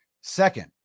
second